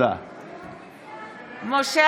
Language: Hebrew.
(קוראת בשמות חברי הכנסת) משה